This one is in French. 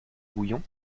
bouillon